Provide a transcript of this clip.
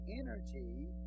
energy